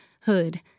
hood